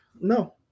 No